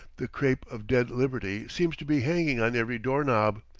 the crape of dead liberty seems to be hanging on every door-knob.